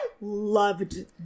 loved